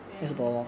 then